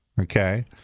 okay